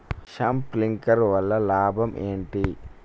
Sprinkler వల్ల లాభం ఏంటి?